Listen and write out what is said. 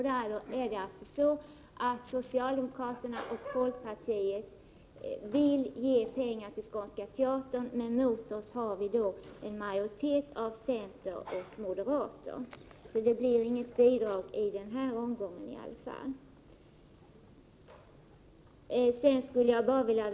Där vill socialdemokraterna och folkpartiet ge pengar till Skånska teatern. Mot oss har vi en majoritet av centerpartister och moderater. Det blir alltså inget bidrag, i varje fall inte i den här omgången.